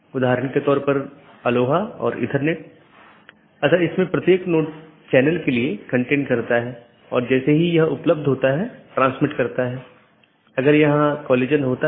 वोह AS जो कि पारगमन ट्रैफिक के प्रकारों पर नीति प्रतिबंध लगाता है पारगमन ट्रैफिक को जाने देता है